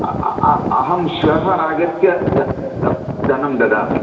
अहं श्वः आगत्य द धनं ददामि